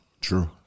True